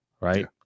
right